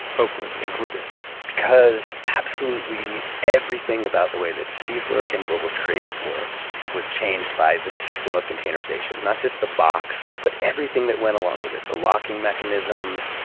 oakland included because absolutely everything about the way that cities work and global trade works was changed by the system of containerization. not just the box, but everything that went along with it, the locking mechanisms,